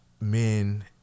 men